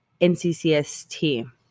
NCCST